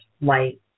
light